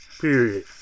Period